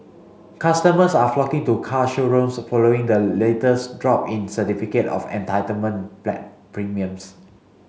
customers are flocking to car showrooms following the latest drop in certificate of entitlement premiums